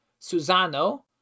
Susano